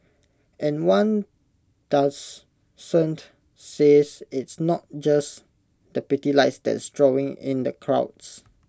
and one doubts cent says it's not just the pretty lights that's drawing in the crowds